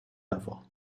level